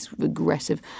aggressive